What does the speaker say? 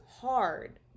hard